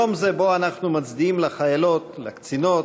יום זה, שבו אנחנו מצדיעים לָחיילות, לקצינות,